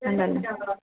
ഉണ്ടല്ലേ